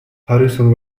harrison